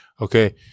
Okay